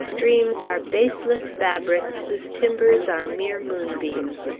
dreams are baseless fabrics whose timbers are mere moonbeams.